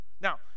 Now